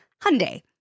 Hyundai